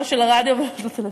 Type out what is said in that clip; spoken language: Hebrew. לא של הרדיו ולא של הטלוויזיה.